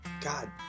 God